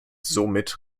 somit